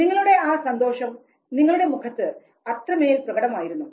നിങ്ങളുടെ ആ സന്തോഷം നിങ്ങളുടെ മുഖത്ത് അത്രമേൽ പ്രകടമായിരുന്നു